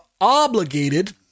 obligated